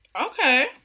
Okay